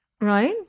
right